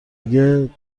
اگه